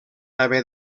haver